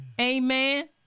Amen